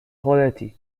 خودتی